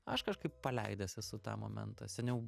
aš kažkaip paleidęs esu tą momentą seniau